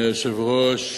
אדוני היושב-ראש,